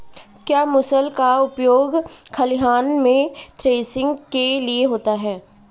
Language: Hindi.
क्या मूसल का उपयोग खलिहान में थ्रेसिंग के लिए होता है?